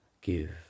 give